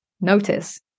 notice